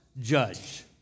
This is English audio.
judge